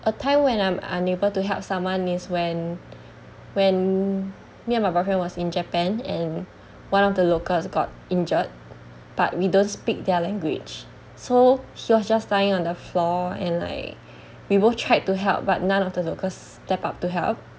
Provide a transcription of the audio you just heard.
a time when I'm unable to help someone is when when me and my boyfriend was in japan and one of the locals got injured but we don't speak their language so she was just lying on the floor and like we both tried to help but none of the locals stepped up to help